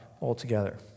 altogether